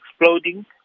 exploding